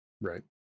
Right